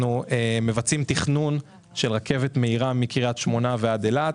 מבצעים תכנון של רכבת מהירה מקרית שמונה עד אילת.